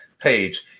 page